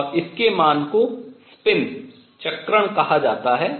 और इसके मान को स्पिन चक्रण कहा जाता है